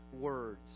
words